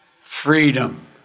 freedom